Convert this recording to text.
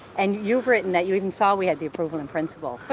and you've written that you even saw we had the approval and principle. so